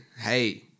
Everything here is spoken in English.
hey